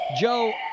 Joe